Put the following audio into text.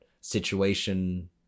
situation